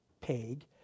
peg